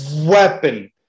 weapon